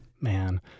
Man